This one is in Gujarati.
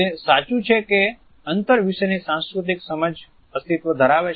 તે સાચું છે કે અંતર વિશેની સાંસ્કૃતિક સમજ અસ્તિત્વ ધરાવે છે